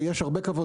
ויש הרבה כבוד,